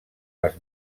les